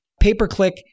pay-per-click